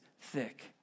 thick